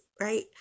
right